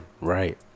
Right